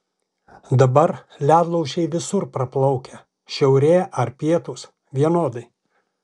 dabar ledlaužiai visur praplaukia šiaurė ar pietūs vienodai